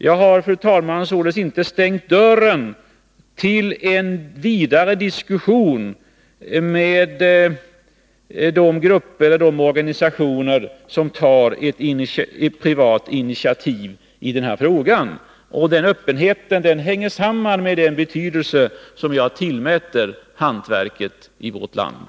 Jag har, fru talman, således inte stängt dörren när det gäller en vidare diskussion med de grupper eller organisationer som tar ett privat initiativ i den här frågan. Den öppenheten hänger samman med den betydelse som jag tillmäter hantverket i vårt land.